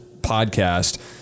podcast